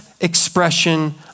expression